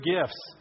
gifts